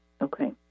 Okay